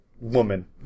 woman